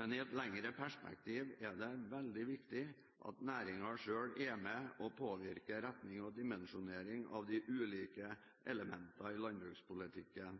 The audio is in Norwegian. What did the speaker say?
men i et lengre perspektiv er det veldig viktig at næringen selv er med og påvirker retning og dimensjonering av de ulike elementene i landbrukspolitikken.